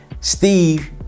Steve